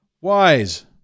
wise